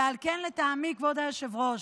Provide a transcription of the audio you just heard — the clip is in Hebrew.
ועל כן, לטעמי, כבוד היושב-ראש,